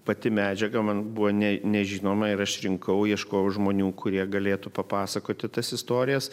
pati medžiaga man buvo ne nežinoma ir aš rinkau ieškojau žmonių kurie galėtų papasakoti tas istorijas